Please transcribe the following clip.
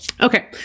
Okay